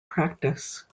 practice